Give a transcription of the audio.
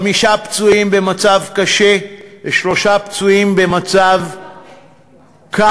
חמישה פצועים במצב קשה ושלושה פצועים במצב קל,